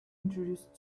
introduce